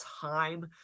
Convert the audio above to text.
time